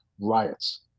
riots